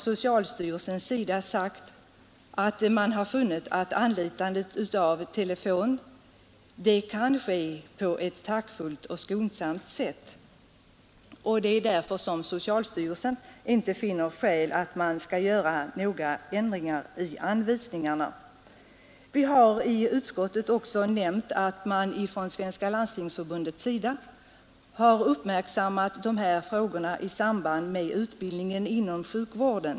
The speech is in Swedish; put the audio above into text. Socialstyrelsen anser det möjligt att anlitandet av telefon vid underrättelse om dödsfall kan ske på ett taktfullt och skonsamt sätt, varför styrelsen inte finner skäl att utfärda särskilda anvisningar. Vi har i utskottsbetänkandet också nämnt att Svenska landstingsförbundet har uppmärksammat dessa frågor i samband med utbildningen inom sjukvården.